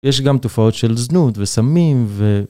יש גם תופעות של זנות וסמים ו...